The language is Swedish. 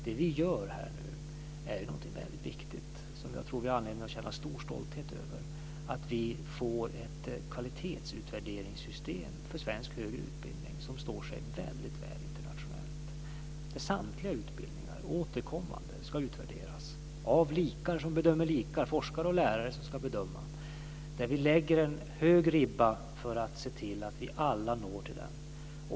Det vi gör är någonting väldigt viktigt som jag tror att vi har anledning att känna stor stolthet över, att vi får ett kvalitetsutvärderingssystem för svensk högre utbildning som står sig väldigt väl internationellt, där samtliga utbildningar återkommande ska utvärderas av likar som bedömer likar, forskare och lärare som ska bedöma. Vi lägger en hög ribba för att se till att vi alla når till den.